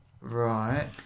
Right